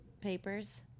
Papers